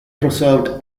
preserved